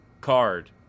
card